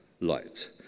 light